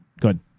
Good